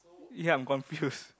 ya I'm confused